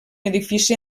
edifici